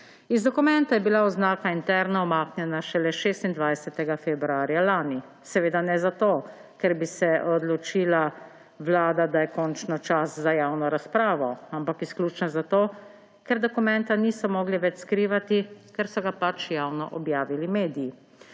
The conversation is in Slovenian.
Z dokumenta je bila oznaka interno umaknjena šele 24. februarja lani. Seveda ne zato, ker bi se odločila Vlada, da je končno čas za javno razpravo, ampak izključno zato, ker dokumenta niso mogli več skrivati, ker so ga pač javno objavili mediji.